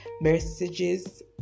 messages